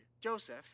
Joseph